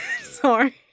Sorry